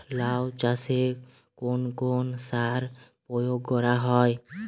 লাউ চাষে কোন কোন সার প্রয়োগ করা হয়?